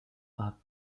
are